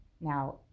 Now